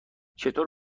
چطور